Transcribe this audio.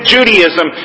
Judaism